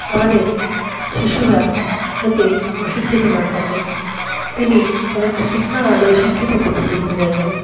আমাদের শিশুরা যাতে অশিক্ষিত না থাকে তিনি তাদেরকে শিক্ষার আলোয় শিক্ষিত করে তুলতে চাইছেন